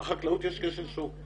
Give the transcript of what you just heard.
בחקלאות יש כשל שוק.